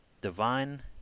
Divine